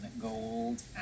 gold